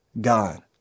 God